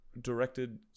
directed